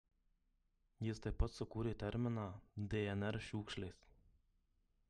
jis taip pat sukūrė terminą dnr šiukšlės